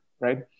right